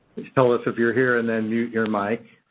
tell us if you're here, and then mute your mic.